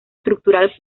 estructural